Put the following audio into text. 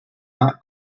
not